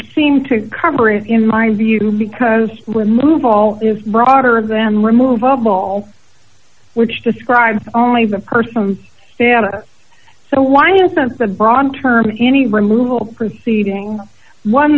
seem to cover it in my view because when move all is broader then removable which describes only the person's status so why isn't the broad term in any removal proceeding one